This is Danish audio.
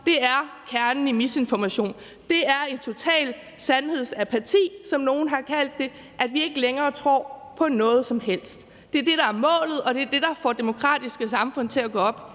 Det er kernen i misinformationen, det er en total sandhedsapati, som nogle har kaldt det, altså at vi ikke længere tror på noget som helst, og det er det, der er målet, og det er det, der får demokratiske samfund til at gå op